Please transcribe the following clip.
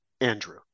andrew